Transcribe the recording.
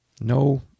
no